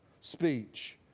speech